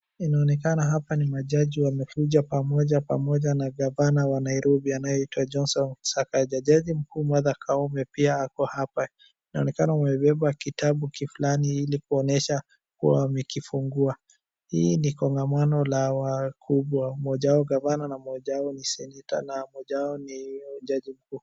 Inaonekana hapa ni majaji wamekuja pamoja pamoja na gavana wa Nairobi anayeitwa Johnson Sakaja. Jaji mkuu Martha Koome pia ako hapa, inaonekana wamebeba kitabu kiflani ili kuonyesha kuwa wamekifunguwa. Hii ni kongamano la wakubwa, mmoja wao gavana, mmoja wao ni seneta na mmoja wao ni jaji mkuu.